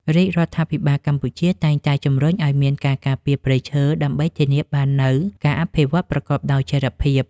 រាជរដ្ឋាភិបាលកម្ពុជាតែងតែជំរុញឱ្យមានការការពារព្រៃឈើដើម្បីធានាបាននូវការអភិវឌ្ឍប្រកបដោយចីរភាព។